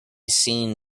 seen